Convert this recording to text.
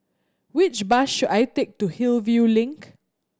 which bus should I take to Hillview Link